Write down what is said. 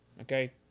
okay